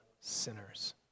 sinners